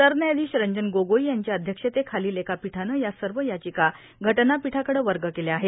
सरन्यायाधीश रंजन गोगोई यांच्या अध्यक्षतेखालच्या एका पीठानं या सर्व याचिका घटनापीठाकडे वर्ग केल्या आहेत